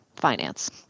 finance